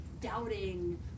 doubting